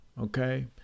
Okay